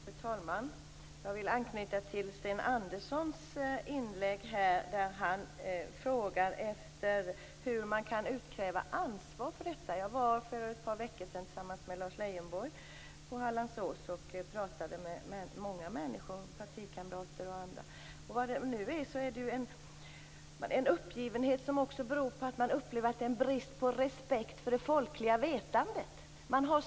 Fru talman! Jag vill anknyta till Sten Anderssons inlägg, där han frågar hur man kan utkräva ansvar för detta. Jag var för ett par veckor sedan tillsammans med Lars Leijonborg på Hallandsås och pratade med många människor, partikamrater och andra. Det finns en uppgivenhet, som också beror på att de upplever att det är brist på respekt för det folkliga vetandet.